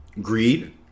Greed